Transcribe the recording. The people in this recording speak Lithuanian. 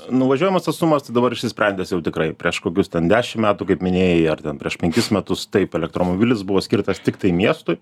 nuvažiuojamas atstumas tai dabar išsisprendęs jau tikrai prieš kokius ten dešim metų kaip minėjai ar ten prieš penkis metus taip elektromobilis buvo skirtas tiktai miestui